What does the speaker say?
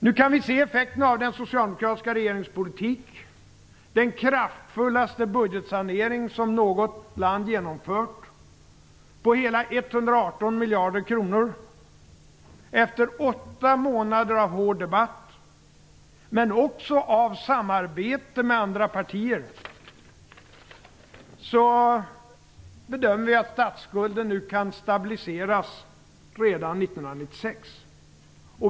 Nu kan vi se effekterna av den socialdemokratiska regeringens politik - den kraftfullaste budgetsanering som något land genomfört på hela 118 miljarder kronor. Efter åtta månader av hård debatt, men också av samarbete med andra partier, bedömer jag att statsskulden kan stabiliseras redan 1996.